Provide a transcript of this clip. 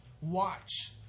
Watch